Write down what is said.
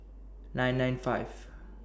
nine nine five